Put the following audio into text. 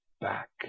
back